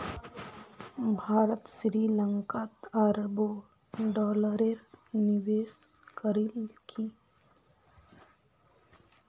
भारत श्री लंकात अरबों डॉलरेर निवेश करील की